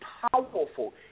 powerful